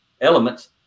elements